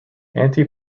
anti